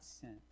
sent